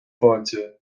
fáilte